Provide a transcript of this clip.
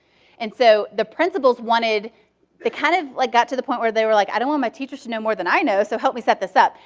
and so the principles wanted it kind of like got to the point where they were like, i don't want my teachers to know more than i know, so help me set this up.